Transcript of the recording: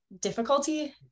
difficulty